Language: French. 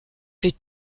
fait